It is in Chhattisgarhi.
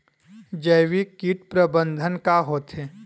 जैविक कीट प्रबंधन का होथे?